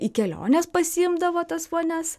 į keliones pasiimdavo tas vonias